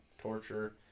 torture